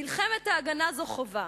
"מלחמת ההגנה, זו חובה,